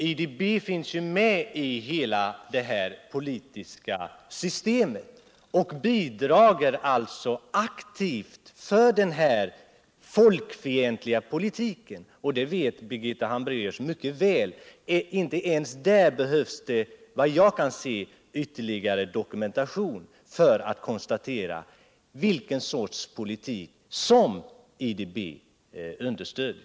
IDB finns ju med i hela detta politiska system och bidrar alltså aktivt till denna folkfientliga politik, och det vet Birgitta Hambraeus mycket väl. Inte ens där behövs det, vad jag kan se, ytterligare dokumentation för att konstatera vilken sorts politik IDB understöder.